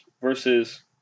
versus